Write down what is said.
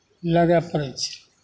लगय पड़ै छै